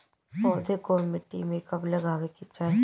पौधे को मिट्टी में कब लगावे के चाही?